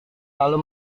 lalu